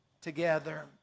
together